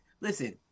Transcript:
listen